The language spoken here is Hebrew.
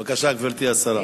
בבקשה, גברתי השרה.